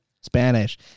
Spanish